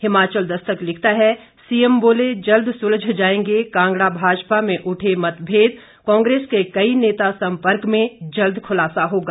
हिमाचल दस्तक लिखता है सीएम बोले जल्द सुलझ जाएंगे कांगड़ा भाजपा में उठे मतभेद कांग्रेस के कई नेता सम्पर्क में जल्द खुलासा होगा